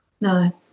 No